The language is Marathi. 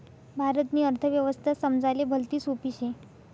भारतनी अर्थव्यवस्था समजाले भलती सोपी शे